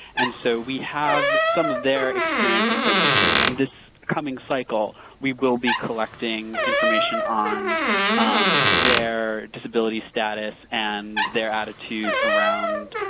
and so, we have some of their experience information, and this coming cycle, we will be collecting information on their disability status and attitudes around